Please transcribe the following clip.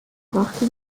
brachte